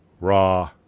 Raw